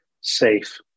safe